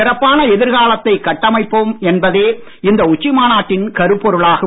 சிறப்பான எதிர்காலத்தைக் கட்டமைப்போம் என்பதே இந்த உச்சி மாநாட்டின் கருப்பொருளாகும்